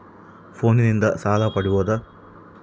ಫೋನಿನಿಂದ ಸಾಲ ಪಡೇಬೋದ?